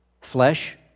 flesh